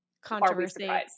Controversy